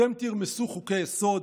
אתם תרמסו חוקי-יסוד,